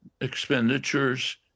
expenditures